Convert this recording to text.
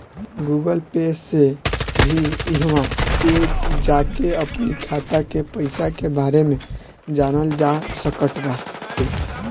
Google Pay से भी इहवा पे जाके अपनी खाता के पईसा के बारे में जानल जा सकट बाटे